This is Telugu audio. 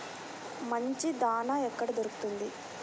మంచి దాణా ఎక్కడ దొరుకుతుంది?